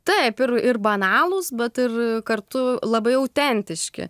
taip ir ir banalūs bet ir kartu labai autentiški